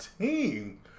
team